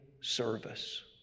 service